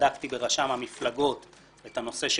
בדקתי ברשם המפלגות את הנושא של